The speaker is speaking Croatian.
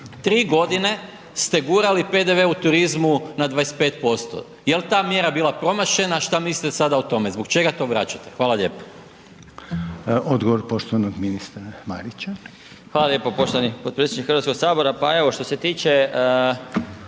tri godine ste gurali u turizmu na 25%. Jel ta mjera bila promašena, šta mislite sada o tome? Zbog čega to vraćate? Hvala lijepo. **Reiner, Željko (HDZ)** Odgovor poštovanog ministra Marića. **Marić, Zdravko** Hvala lijepa poštovani potpredsjedniče Hrvatskog sabora. Pa evo što se tiče